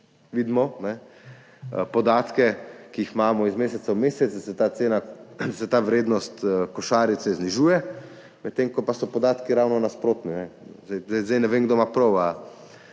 vidimo podatke, ki jih imamo iz meseca v mesec, da se ta cena, ta vrednost košarice znižuje, medtem ko pa so podatki ravno nasprotni. Zdaj ne vem, kdo ima prav?